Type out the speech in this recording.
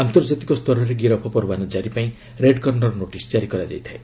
ଆନ୍ତର୍ଜାତିକ ସ୍ତରରେ ଗିରଫ୍ ପରୱାନା କାରି ପାଇଁ ରେଡ୍ କର୍ଷର ନୋଟିସ୍ ଜାରି କରାଯାଇଥାଏ